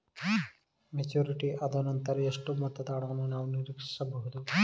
Maturity ಆದನಂತರ ಎಷ್ಟು ಮೊತ್ತದ ಹಣವನ್ನು ನಾನು ನೀರೀಕ್ಷಿಸ ಬಹುದು?